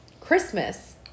Christmas